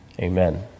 Amen